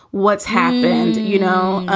what's happened, you know?